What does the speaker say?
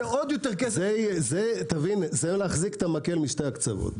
זה להחזיק את המקל משני הקצוות.